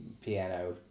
piano